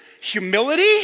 humility